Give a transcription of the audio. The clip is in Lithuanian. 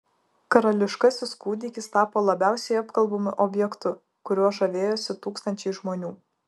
karališkasis kūdikis tapo labiausiai apkalbamu objektu kuriuo žavėjosi tūkstančiai žmonių